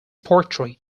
poetry